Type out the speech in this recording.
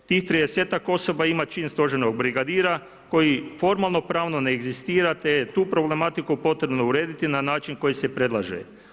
Tih tridesetak osoba ima čin stožernog brigadira koji formalno-pravno ne egzistira te je tu problematiku potrebno urediti na način koji se predlaže.